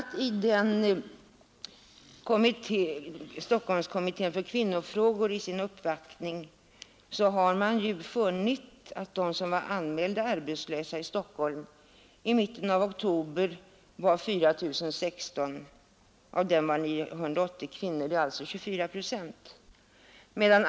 Stockholmskommittén för kvinnofrågor har konstaterat att antalet arbetslösa i Stockholm i mitten av oktober var 4 016; av dem var 980 kvinnor, dvs. 24 procent.